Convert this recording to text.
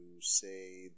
say